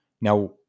Now